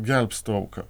gelbsti auką